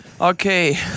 Okay